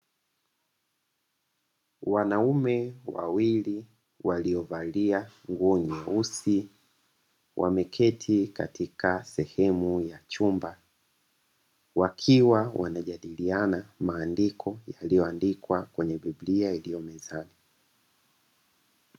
Wanaume wawili waliovalia nguo nyeusi, wameketi katika sehemu ya chumba, wakiwa wanajadiliana maandiko yaliyoandikwa kwenye Biblia iliyo mezani.